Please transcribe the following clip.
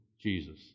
Jesus